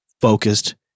focused